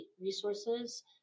resources